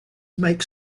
make